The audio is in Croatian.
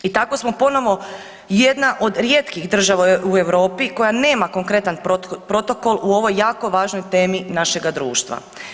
I tako smo ponovo jedna od rijetkih država u Europi koja nema konkretna protokol u ovoj jako važnoj temi našega društva.